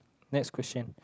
next question